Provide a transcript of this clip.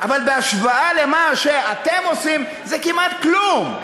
אבל בהשוואה למה שאתם עושים זה כמעט כלום.